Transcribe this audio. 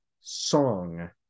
song